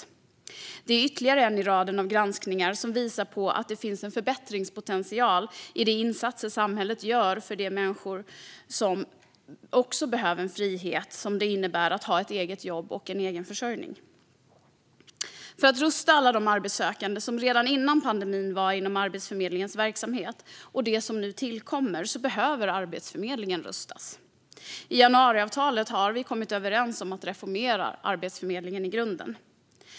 Detta är ytterligare en i raden av granskningar som visar att det finns en förbättringspotential i de insatser samhället gör för de människor som också behöver den frihet som det innebär att ha ett eget jobb och en egen försörjning. För att rusta alla de arbetssökande som redan före pandemin var inom Arbetsförmedlingens verksamhet och dem som nu tillkommer behöver Arbetsförmedlingen rustas. I januariavtalet har vi kommit överens om att reformera Arbetsförmedlingen i grunden.